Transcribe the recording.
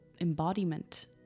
embodiment